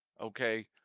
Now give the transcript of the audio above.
okay